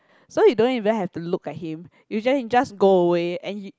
so you don't even have to look at him you just you just go away and he